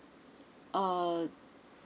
uh